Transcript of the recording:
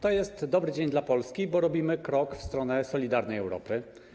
To jest dobry dzień dla Polski, bo robimy krok w stronę solidarnej Europy.